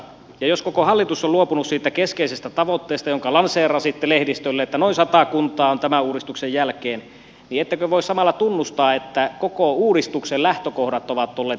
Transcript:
jos koko hallitus on luopunut siitä keskeisestä tavoitteesta jonka lanseerasitte lehdistölle että noin sata kuntaa on tämän uudistuksen jälkeen niin ettekö voi samalla tunnustaa että koko uudistuksen lähtökohdat ovat olleet pielessä